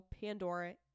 Pandora